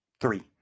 Three